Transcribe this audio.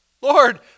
Lord